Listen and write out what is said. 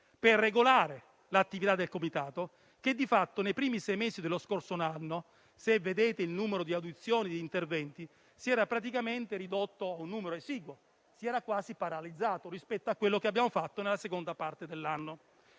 per regolare l'attività del Comitato che di fatto, nei primi sei mesi dello scorso anno - si veda il numero di audizioni e di interventi - si era praticamente ridotto a un numero esiguo, quasi paralizzandosi rispetto a quello che abbiamo fatto nella seconda parte dell'anno.